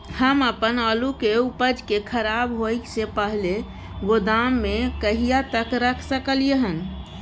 हम अपन आलू के उपज के खराब होय से पहिले गोदाम में कहिया तक रख सकलियै हन?